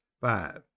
five